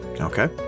Okay